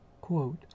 quote